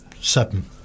seven